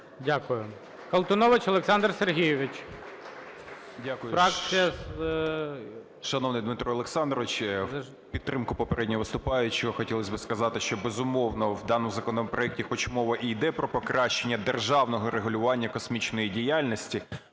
Дякую. Шановний Дмитро Олександрович! В підтримку попереднього виступаючого хотілося б сказати, що, безумовно, в даному законопроекті хоч мова і йде про покращення державного регулювання космічної діяльності,